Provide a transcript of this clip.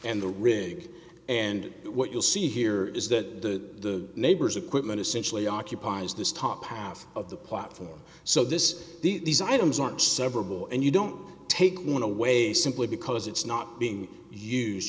and the rig and what you'll see here is that the neighbors equipment essentially occupies this top half of the platform so this these items are several and you don't take one away simply because it's not being use